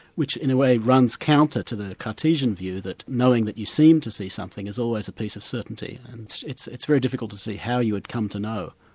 which in a way runs counter to the cartesian view that knowing that you seem to see something is always a piece of certainty. and it's it's very difficult to see how you would come to know,